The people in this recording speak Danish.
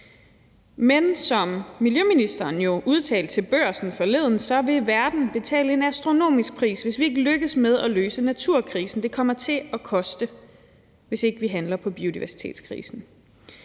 men som miljøministeren jo udtalte til Børsen forleden, vil verden betale en astronomisk pris, hvis vi ikke lykkes med at løse naturkrisen, det kommer til at koste, hvis ikke vi handler på biodiversitetskrisen.